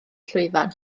llwyfan